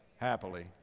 happily